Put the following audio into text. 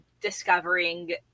discovering